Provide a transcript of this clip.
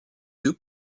deux